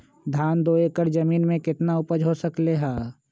धान दो एकर जमीन में कितना उपज हो सकलेय ह?